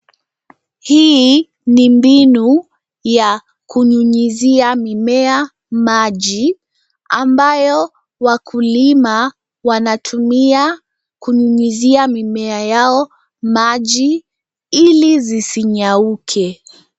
Hii ni mbinu ya kunyunyizia mimea maji ambayo wakulima wanatumia kunyunyizia mimea yao maji ili zisinyauke.